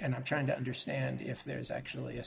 and i'm trying to understand if there is actually a